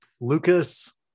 Lucas